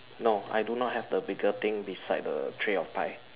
no I do not have the bigger thing beside the tray of pie